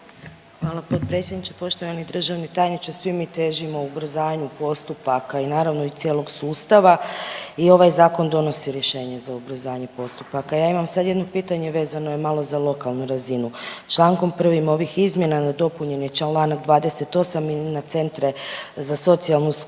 Hvala potpredsjedniče. Poštovani državni tajniče, svi mi težimo ubrzanju postupaka i naravno i cijelog sustava i ovaj zakon donosi rješenje za ubrzanje postupaka. Ja imam sada jedno pitanje vezano je malo za lokalnu razinu, čl. 1. ovih izmjena dopunjen je čl. 28. i na centre za socijalnu skrb